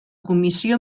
comissió